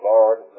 Lord